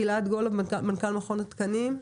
גלעד גולוב, מנכ"ל מכון התקנים.